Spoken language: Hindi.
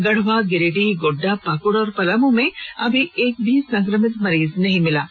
गढ़वा गिरिडीह गोड़डा पाकड़ और पलामू में अभी एक भी संक्रमित मरीज नहीं मिला है